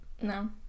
No